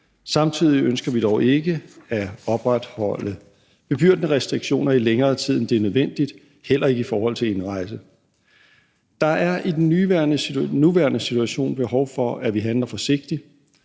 Samtidig ønsker vi dog ikke at opretholde bebyrdende restriktioner i længere tid, end det er nødvendigt, heller ikke i forhold til indrejse. Der er i den nuværende situation behov for, at vi handler forsigtigt,